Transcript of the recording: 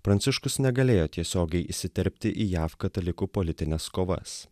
pranciškus negalėjo tiesiogiai įsiterpti į jav katalikų politines kovas